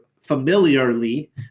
familiarly